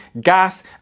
gas